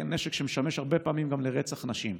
נשק שמשמש הרבה פעמים גם לרצח נשים.